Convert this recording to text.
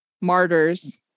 martyrs